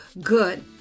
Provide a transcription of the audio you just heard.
good